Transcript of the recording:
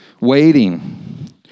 waiting